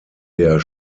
der